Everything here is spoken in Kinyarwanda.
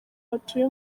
batuye